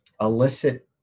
illicit